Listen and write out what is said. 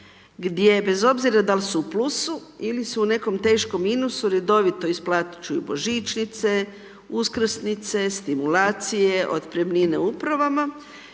gdje bez obzira dal' su u plusu ili su u nekom teškom minusu, redovito isplaćuju božićnice, uskrsnice, stimulacije, otpremnine Upravama,